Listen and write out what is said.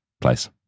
Place